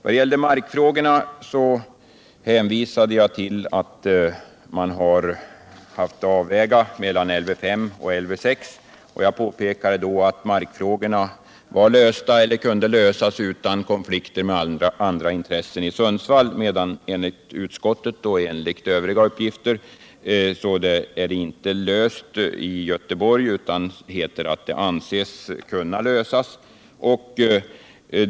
Beträffande markfrågorna hänvisade jag till att man haft att göra en avvägning mellan Lv 5 och Lv 6. Jag påpekade att markfrågorna i Sundsvall var lösta eller kunde lösas utan konflikter med andra intressen, medan de enligt utskottets uppgifter inte är lösta i Göteborg. Man säger att de anses kunna lösas.